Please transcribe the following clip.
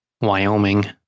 Wyoming